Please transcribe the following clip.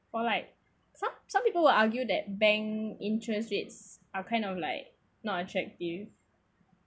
for like some some people will argue that bank interest rates are kind of like not attract you